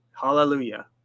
Hallelujah